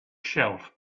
shelf